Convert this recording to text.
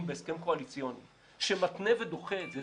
בהסכם קואליציוני שמתנה ודוחה את זה,